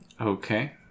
Okay